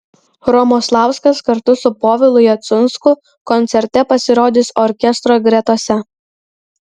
romoslauskas kartu su povilu jacunsku koncerte pasirodys orkestro gretose